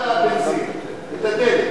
הוזילו את הבנזין, את הדלק.